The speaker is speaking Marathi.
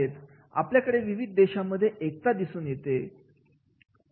आपल्याकडे विविध देशांमध्ये एकता दिसून येते